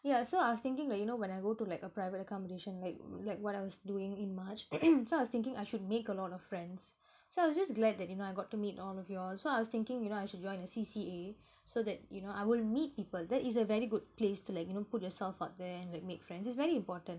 yeah so I was thinking like you know when I go to like a private accommodation like like what I was doing in march so I was thinking I should make a lot of friends so I was just glad that you know I got to meet all of you all so I was thinking you know I should join a C_C_A so that you know I will meet people that is a very good place to like you know put yourself out there and like make friends it's very important